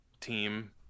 team